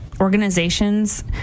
organizations